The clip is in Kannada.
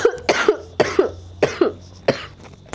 ಮೊಳಕೆ ಒಡೆಯುವಿಕೆಗೆ ಭಾಳ ಸಮಯ ತೊಗೊಳ್ಳೋ ಬೆಳೆ ಯಾವುದ್ರೇ?